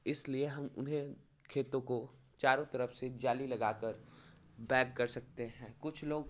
इसलिए हम उन्हें खेतों को चारों तरफ से जाली लगाकर बैग कर सकते हैं कुछ लोग